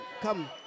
come